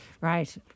Right